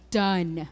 done